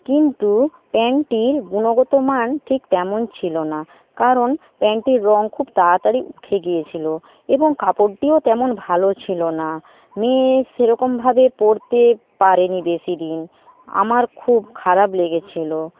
কিন্তু প্যান্টটির গুণগতমান ঠিক তেমন ছিল না কারণ প্যান্টের রং খুব তাড়াতাড়ি উঠে গিয়েছিল এবং কাপড়টিও তেমন ভালো ছিল না মেয়ে সেরকমভাবে পরতে পারেনি বেশিদিন আমার খুব খারাপ লেগেছিল